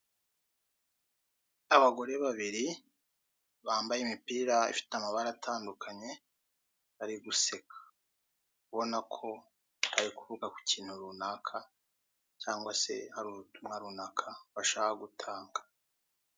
Abagore babiri bambaye imipira ifite amabara atandukanye bari guseka, ubona ko bari kuvuga ku kintu runaka cyangwa se hari ubutumwa runaka bashaka gutanga.